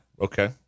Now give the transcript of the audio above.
Okay